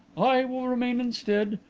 i will remain instead.